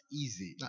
easy